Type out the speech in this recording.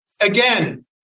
Again